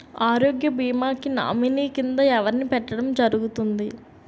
ఆరోగ్య భీమా కి నామినీ కిందా ఎవరిని పెట్టడం జరుగతుంది?